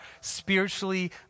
spiritually